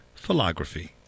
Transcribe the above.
philography